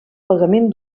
pagament